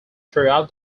throughout